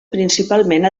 principalment